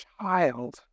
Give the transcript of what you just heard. child